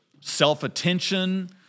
self-attention